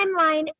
Timeline